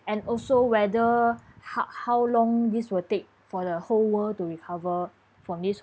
and also whether ho~ how long this will take for the whole world to recover from this whole